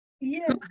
yes